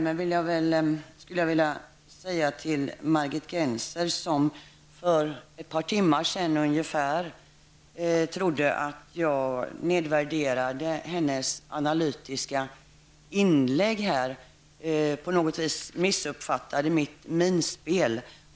Margit Gennser, som för ett par timmar sedan trodde att jag nedvärderade hennes analytiska inlägg här, måste på något vis ha missuppfattat mitt minspel.